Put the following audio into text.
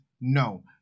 no